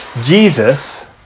Jesus